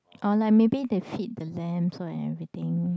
or like maybe they feed the lambs so and everything